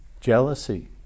Jealousy